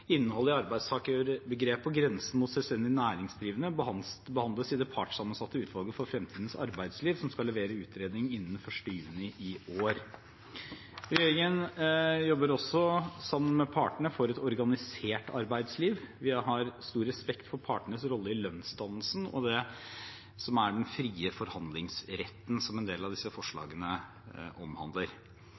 skal levere utredning innen 1. juni i år. Regjeringen jobber også sammen med partene for et organisert arbeidsliv. Vi har stor respekt for partenes rolle i lønnsdannelsen og den frie forhandlingsretten, som en del av disse forslagene omhandler.